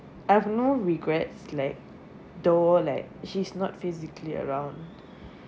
I have no regrets like though like she's not physically around